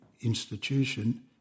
institution